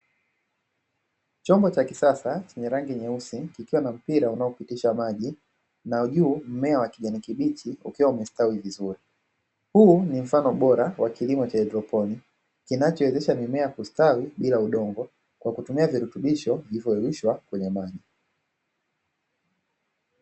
Chombo cha kisasa chenye rangi nyeusi kikiwa na mpira unaopitisha maji na juu mmea wa kijani kibichi ikiwa imestawi vizuri. Huu ni mfano bora wa kilimo kinachowezesha mimea kustawi bila udongo kwa kutumia virutubisho hivyo vilivyoyeyushwa kwenye maji.